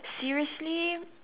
seriously